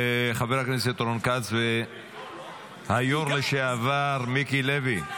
חבר הכנסת רון כץ והיושב-ראש לשעבר מיקי לוי,